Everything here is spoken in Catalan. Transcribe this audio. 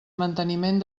manteniment